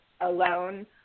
alone